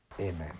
Amen